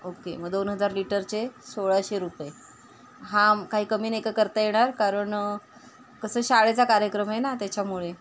okay मग दोन हजार लिटरचे सोळाशे रुपये हां काही कमी नाही का करता येणार कारण कसं शाळेचा कार्यक्रम आहे ना त्याच्यामुळे